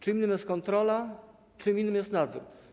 Czym innym jest kontrola, czym innym jest nadzór.